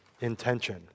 intention